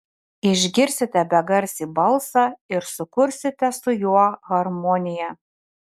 išgirsite begarsį balsą ir sukursite su juo harmoniją